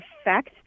effect